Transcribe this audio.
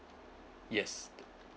yes